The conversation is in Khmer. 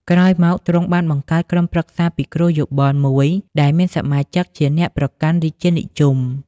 ក្រោយមក ទ្រង់បានបង្កើតក្រុមប្រឹក្សាពិគ្រោះយោបល់មួយដែលមានសមាជិកជាអ្នកប្រកាន់រាជានិយម។